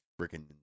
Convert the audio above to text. freaking